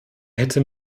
hätte